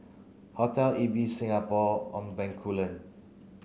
Hotel Ibis Singapore On Bencoolen